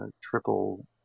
triple